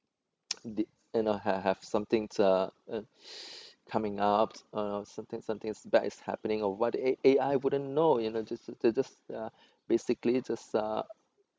did you know have have something uh coming up you know something something bad is happening or what a A_I wouldn't know you know just they're just basically just uh